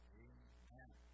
amen